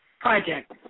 project